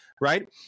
Right